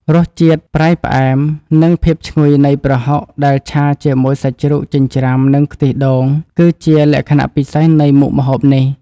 រសជាតិប្រៃផ្អែមនិងភាពឈ្ងុយនៃប្រហុកដែលឆាជាមួយសាច់ជ្រូកចិញ្ច្រាំនិងខ្ទិះដូងគឺជាលក្ខណៈពិសេសនៃមុខម្ហូបនេះ។